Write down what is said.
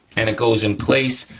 and it goes in place,